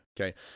Okay